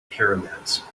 pyramids